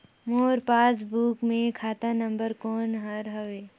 मोर passbook मे खाता number कोन हर हवे?